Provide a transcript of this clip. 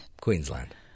Queensland